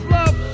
love